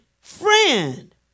friend